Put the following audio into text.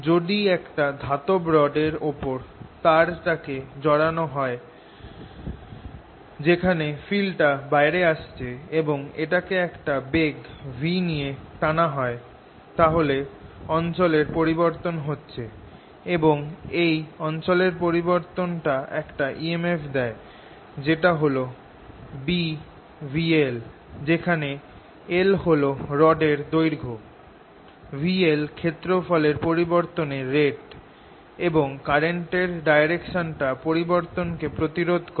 যদি একটা ধাতব রড এর ওপর তার টাকে জড়ান হয় যেখানে ফিল্ডটা বাইরে আসছে এবং এটাকে একটা বেগ v নিয়ে টানা হয় তাহলে অঞ্চলের পরিবর্তন হচ্ছে এবং এই অঞ্চলের পরিবর্তনটা একটা emf দেয় যেটা হল Bvl যেখানে l হল রড এর দৈর্ঘ্য vl ক্ষেত্রফল পরিবর্তনের রেট এবং কারেন্ট এই ডাইরেকশনটা পরিবর্তন কে প্রতিরোধ করে